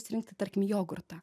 išsirinkti tarkim jogurtą